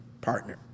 partner